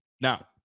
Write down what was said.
Now